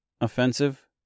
offensive